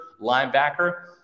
linebacker